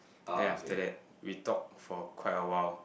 then after that we talked for quite awhile